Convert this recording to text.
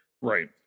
right